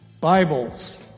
Bibles